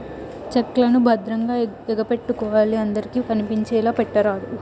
check లను భద్రంగా ఎగపెట్టుకోవాలి అందరికి కనిపించేలా పెట్టరాదు